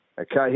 Okay